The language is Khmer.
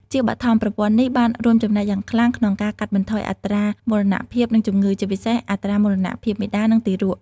ជាបឋម ប្រព័ន្ធនេះបានរួមចំណែកយ៉ាងខ្លាំងក្នុងការកាត់បន្ថយអត្រាមរណភាព និងជំងឺ ជាពិសេសអត្រាមរណភាពមាតា និងទារក។